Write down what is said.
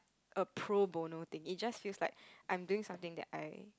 a pro bono thing it just feels like I'm doing something that I